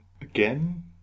again